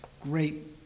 Great